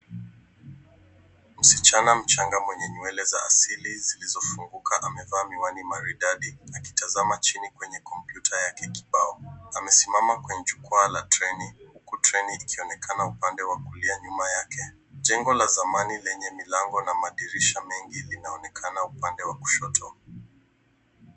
Msichana mdogo mwenye nywele za asili zilizofunguka amevaa miwani maridadi akitazama chini kwenye kompyuta yake kibao. Amesimama kwenye jukwaa la treni huku treni ikionekana upande wa kulia upande wake. Jengo la zamani lenye milango na madirisha mengi linaonekana upande wa kushoto.